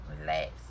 Relax